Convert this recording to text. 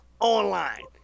online